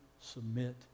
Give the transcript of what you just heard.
submit